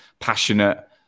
passionate